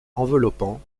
enveloppant